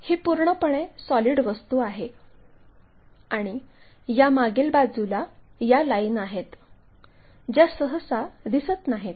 ही पूर्णपणे सॉलिड वस्तू आहे आणि यामागील बाजूला या लाईन आहेत ज्या सहसा दिसत नाहीत